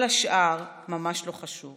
כל השאר ממש לא חשוב.